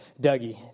Dougie